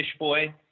Fishboy